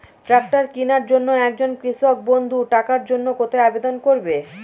Tractor কিনার জন্য একজন কৃষক বন্ধু টাকার জন্য কোথায় আবেদন করবে?